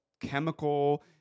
chemical